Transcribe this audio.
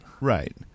Right